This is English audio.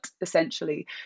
essentially